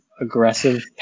aggressive